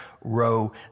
row